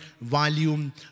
volume